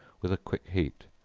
with a quick heat.